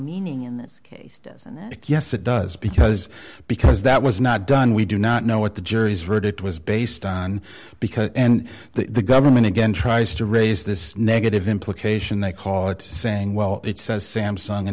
meaning in this case doesn't that yes it does because because that was not done we do not know what the jury's verdict was based on because and the government again tries to raise this negative implication they call it saying well it says samsun